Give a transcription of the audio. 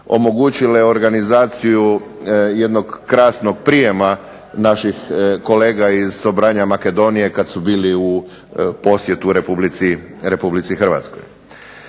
omogućile organizaciju jednog krasnog prijema naših kolega iz Sobranja Makedonije kad su bili u posjetu Republici Hrvatskoj.